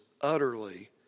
utterly